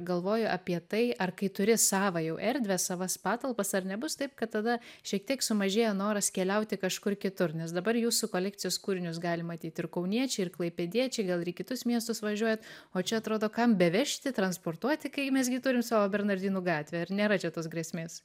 galvoju apie tai ar kai turi savą jau erdvę savas patalpas ar nebus taip kad tada šiek tiek sumažėja noras keliauti kažkur kitur nes dabar jūsų kolekcijos kūrinius gali matyt ir kauniečiai ir klaipėdiečiai gal ir į kitus miestus važiuojat o čia atrodo kam bevežti transportuoti kai mes gi turim savo bernardinų gatvę ar nėra čia tos grėsmės